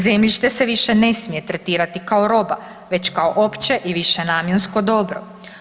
Zemljište se više ne smije tretirati kao roba već kao opće i višenamjensko dobro.